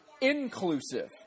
inclusive